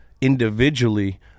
individually